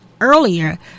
earlier